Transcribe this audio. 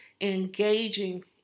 engaging